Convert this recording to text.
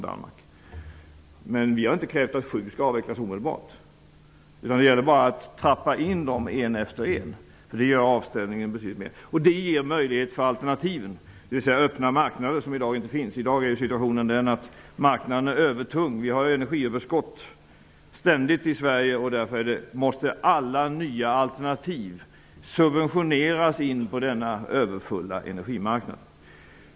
Men vi har inte krävt att man omedelbart skall avveckla sju reaktorer. Det gäller bara att göra en avtrappning och avveckla en reaktor i taget. Det gör avställningen enklare, samtidigt som det öppnar möjlighet för alternativ, dvs. öppna marknader. I dag är situationen den att marknaden är övertung. Det finns ett ständigt energiöverskott i Sverige. Därför måste alla nya alternativ subventioneras för att de skall kunna komma in på denna överfulla energimarknad.